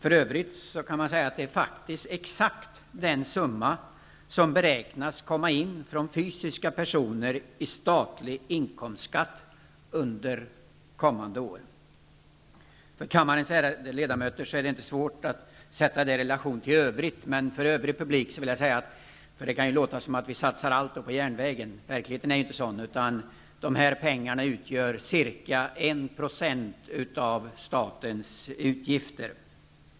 Det är för övrigt exakt samma summa som beräknas komma in från fysiska personer i form av statlig inkomstskatt under kommande budgetår. För kammarens ledamöter är det inte svårt att sätta denna summa i relation till annat. Det kanske låter som vi satsar allt på järnvägen -- verkligheten är dock inte sådan --, men jag kan upplysa övrig publik om att dessa pengar utgör ca 1 % av statens utgifter.